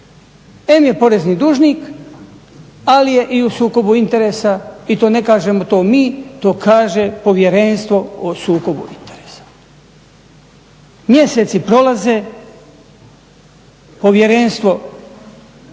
em je porezni dužnik ali je i u sukobu interesa i to ne kažemo to mi to kaže Povjerenstvo o sukobu interesa. Mjeseci prolaze povjerenstvo